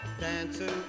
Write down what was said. dancing